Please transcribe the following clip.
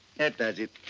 that does it.